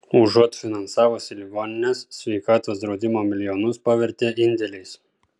užuot finansavusi ligonines sveikatos draudimo milijonus pavertė indėliais